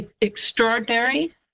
extraordinary